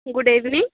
good evening